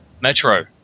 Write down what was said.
Metro